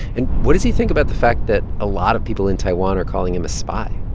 and what does he think about the fact that a lot of people in taiwan are calling him a spy?